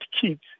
kids